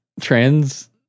trans